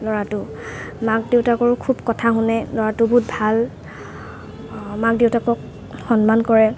ল'ৰাটো মাক দেউতাকৰো খুব কথা শুনে ল'ৰাটো বহুত ভাল মাক দেউতাকক সন্মান কৰে